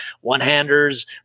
One-handers